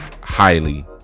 highly